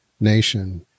nation